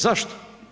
Zašto?